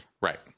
Right